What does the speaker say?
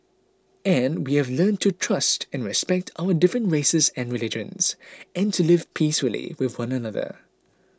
and we have learnt to trust and respect our different races and religions and to live peacefully with one another